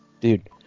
dude